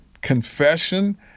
confession